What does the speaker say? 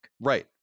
right